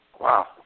Wow